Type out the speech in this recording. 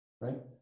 right